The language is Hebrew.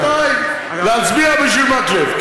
רבותי, להצביע בשביל מקלב.